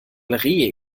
rehe